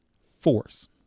force